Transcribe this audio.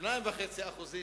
2.5% זה